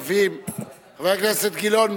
חבר הכנסת גילאון,